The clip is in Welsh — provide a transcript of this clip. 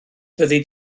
fyddi